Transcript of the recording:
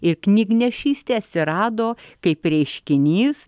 ir knygnešystė atsirado kaip reiškinys